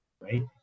right